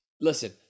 listen